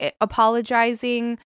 apologizing